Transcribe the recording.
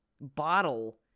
bottle